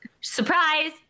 surprise